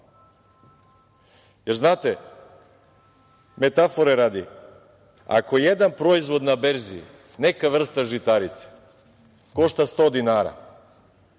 malo. Znate, metafore radi, ako jedan proizvod na berzi, neka vrsta žitarice košta 100 dinara,